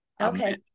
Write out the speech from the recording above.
okay